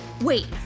Wait